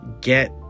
get